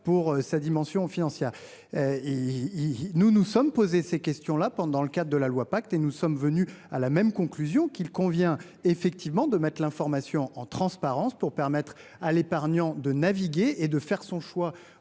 pour sa dimension financière. Il nous nous sommes posés ces questions là pendant dans le cadre de la loi pacte et nous sommes venus à la même conclusion qu'il convient effectivement de mettre l'information en transparence pour permettre à l'épargnant de naviguer et de faire son choix